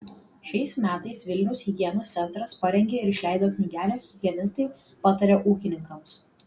šiais metais vilniaus higienos centras parengė ir išleido knygelę higienistai pataria ūkininkams